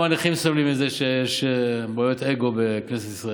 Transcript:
גם הנכים סובלים מזה שיש בעיות אגו בכנסת ישראל.